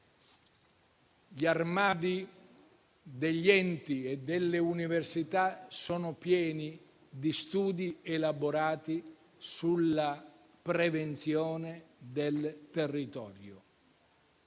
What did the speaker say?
gli armadi degli enti e delle università sono pieni di studi elaborati sulla prevenzione dei rischi